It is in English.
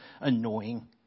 annoying